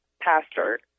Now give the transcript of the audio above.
pastor